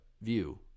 view